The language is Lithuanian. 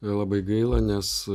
labai gaila nes